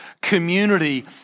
community